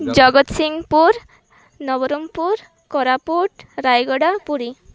Jagatsinghpur Nabarangpur Koraput Rayagada Puri